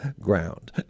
Ground